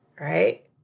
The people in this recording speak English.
Right